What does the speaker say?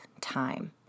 time